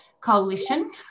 coalition